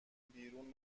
بیرون